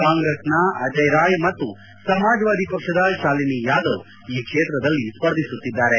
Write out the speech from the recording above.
ಕಾಂಗ್ರೆಸ್ನ ಅಜಯ್ ರಾಯ್ ಮತ್ತು ಸಮಾಜವಾದಿ ಪಕ್ಷದ ಶಾಲಿನಿ ಯಾದವ್ ಈ ಕ್ಷೇತ್ರದಲ್ಲಿ ಸ್ಪರ್ಧಿಸುತ್ತಿದ್ದಾರೆ